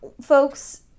Folks